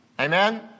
Amen